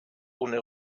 ohne